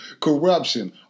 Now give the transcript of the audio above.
Corruption